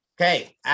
okay